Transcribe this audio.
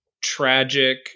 tragic